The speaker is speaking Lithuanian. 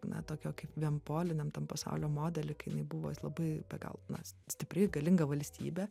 na tokio kaip vienpoliniam tam pasaulio modely kai jinai buvo labai be galo na stipri galinga valstybė